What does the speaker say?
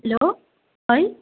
hello হয়